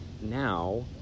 now